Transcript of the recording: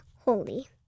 holy